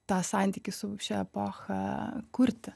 tą santykį su šia epocha kurti